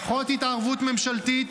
פחות התערבות ממשלתית,